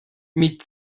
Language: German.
mit